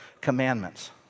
commandments